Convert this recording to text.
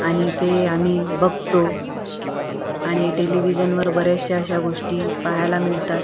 आणि ते आम्ही बघतो आणि टेलिविजनवर बऱ्याचशा अशा गोष्टी पहायला मिळतात